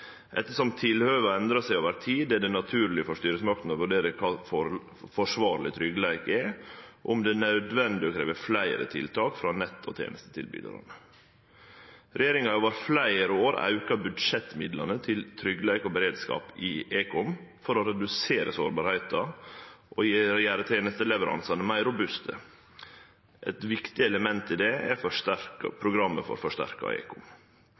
endrar seg over tid, er det naturleg for styresmaktene å vurdere kva forsvarleg tryggleik er, og om det er nødvendig å krevje fleire tiltak frå nett- og tenestetilbydarane. Regjeringa har over fleire år auka budsjettmidlane til tryggleik og beredskap i ekom for å redusere sårbarheita og gjere tenesteleveransane meir robuste. Eit viktig element i det er Programmet for forsterka